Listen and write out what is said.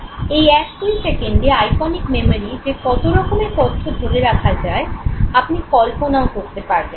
এই এক দুই সেকেন্ডে আইকনিক মেমোরিতে যে কত রকমের তথ্য ধরে রাখা যায় আপনি কল্পনাও করতে পারবেন না